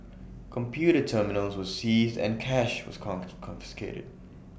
computer terminals were seized and cash was confiscated